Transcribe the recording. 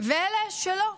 ואלה שלא.